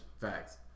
Facts